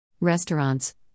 Restaurants